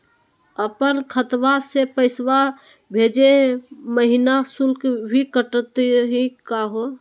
अपन खतवा से पैसवा भेजै महिना शुल्क भी कटतही का हो?